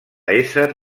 ésser